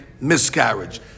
miscarriage